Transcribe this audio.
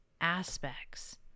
aspects